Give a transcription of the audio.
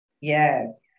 Yes